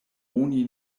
oni